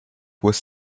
was